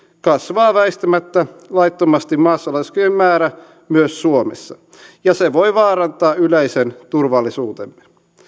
kasvaa väistämättä laittomasti maassa oleskelevien määrä myös suomessa ja se voi vaarantaa yleisen turvallisuutemme